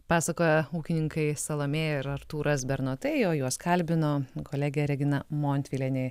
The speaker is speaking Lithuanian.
pasakojo ūkininkai salomėja ir artūras bernotai o juos kalbino kolegė regina montvilienė